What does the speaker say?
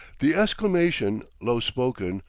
the exclamation, low-spoken,